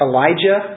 Elijah